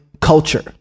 culture